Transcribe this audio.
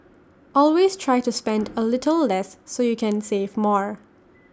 always try to spend A little less so you can save more